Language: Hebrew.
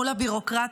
מול הביורוקרטיות.